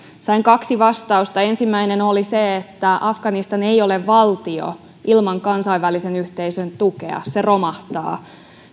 sain kaksi vastausta ensimmäinen oli se että afganistan ei ole valtio ilman kansainvälisen yhteisön tukea vaan se romahtaa